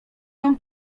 nią